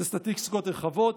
אלה סטטיסטיקות רחבות.